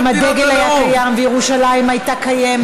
גם הדגל היה קיים וירושלים הייתה קיימת.